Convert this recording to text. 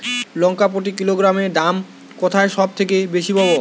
লঙ্কা প্রতি কিলোগ্রামে দাম কোথায় সব থেকে বেশি পাব?